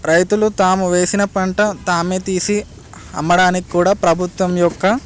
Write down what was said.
రైతులు తాము వేసిన పంట తామే తీసి అమ్మడానికి కూడా ప్రభుత్వం యొక్క